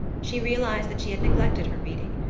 she realized that she had neglected her reading,